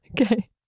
Okay